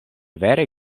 vere